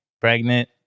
pregnant